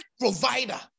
provider